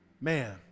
man